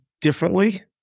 differently